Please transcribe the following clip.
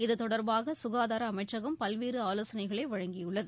இது தொடர்பாக சுகாதார அமைச்சகம் பல்வேறு ஆலோசனைகளை வழங்கியுள்ளது